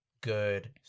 good